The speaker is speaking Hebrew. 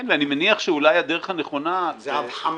כן, ואני מניח שאולי הדרך הנכונה --- זה חמק,